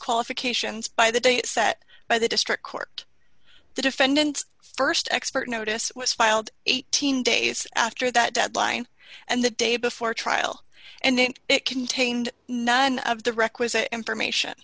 qualifications by the date set by the district court the defendant's st expert notice was filed eighteen days after that deadline and the day before trial and it contained none of the requisite information